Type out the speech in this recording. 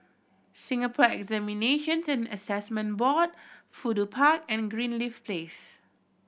Singapore Examinations and Assessment Board Fudu Park and Greenleaf Place